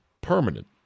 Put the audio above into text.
permanent